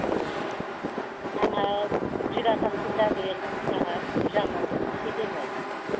ए आंहा बिघाथामसो जागोन जोहा बुरजा मावदोें एसे देग्लाय